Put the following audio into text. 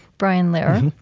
brian lehrer.